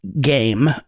game